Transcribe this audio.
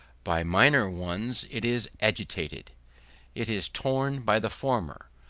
by minor ones it is agitated it is torn by the former,